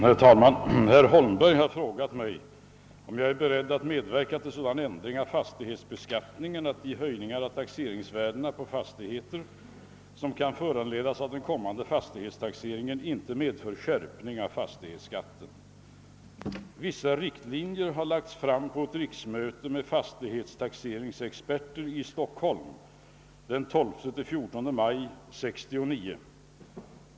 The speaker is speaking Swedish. Herr talman! Herr Holmberg har frågat mig, om jag är beredd att medverka till sådan ändring av fastighetsbeskattningen att de höjningar av taxeringsvärdena på fastigheter som kan föranledas av den kommande fastighetstaxeringen ej medför skärpning av fastighetsskatten. Vissa riktlinjer för taxeringsarbetet har lagts fram på ett riksmöte med fastighetstaxeringsexperter i Stockholm den 12—14 maj 1969.